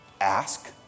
ask